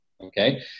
Okay